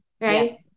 Right